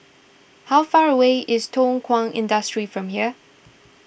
how far away is Thow Kwang Industry from here